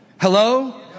Hello